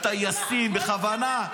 הטייסים, בכוונה.